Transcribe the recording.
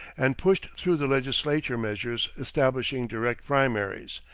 and pushed through the legislature measures establishing direct primaries,